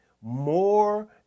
more